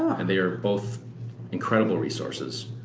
and they are both incredible resources.